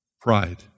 Pride